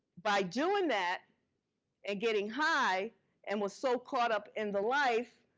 by doing that and getting high and was so caught up in the life,